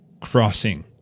crossing